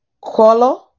color